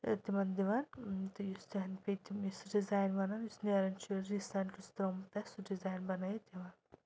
تِمَن دِوان تہٕ یُس تِہٕنٛدۍ پیٚیہِ تِم یُس سُہ ڈِزایِن وَنَن یُس نیران چھُ ریٖسَنٛٹ یُس ترٛوومُت آسہِ سُہ ڈِزایِن بَنٲیِتھ دِوان